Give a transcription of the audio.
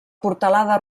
portalada